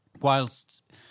whilst